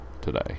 today